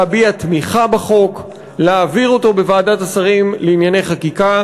להביע תמיכה בחוק ולהעביר אותו בוועדת השרים לענייני חקיקה,